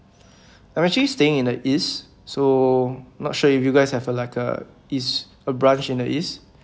I'm actually staying in the east so not sure if you guys have a like uh east a branch in the east